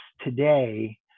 today